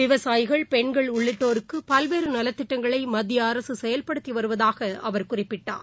விவசாயிகள் பெண்கள் உள்ளிட்டோருக்குபல்வேறுநலத்திட்டங்களைமத்தியஅரசுசெயல்படுத்திவருவதாகஅவர் குறிப்பிட்டார்